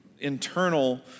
internal